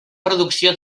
producció